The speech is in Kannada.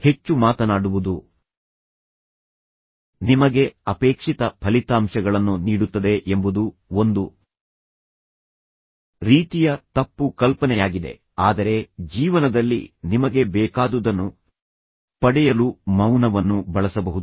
ಹೆಚ್ಚು ಮಾತನಾಡುವುದು ನಿಮಗೆ ಅಪೇಕ್ಷಿತ ಫಲಿತಾಂಶಗಳನ್ನು ನೀಡುತ್ತದೆ ಎಂಬುದು ಒಂದು ರೀತಿಯ ತಪ್ಪು ಕಲ್ಪನೆಯಾಗಿದೆ ಆದರೆ ಜೀವನದಲ್ಲಿ ನಿಮಗೆ ಬೇಕಾದುದನ್ನು ಪಡೆಯಲು ಮೌನವನ್ನು ಬಳಸಬಹುದು